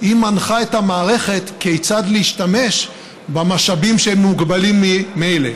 היא מנחה את המערכת כיצד להשתמש במשאבים שהם מוגבלים ממילא.